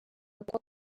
agomba